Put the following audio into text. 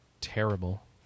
terrible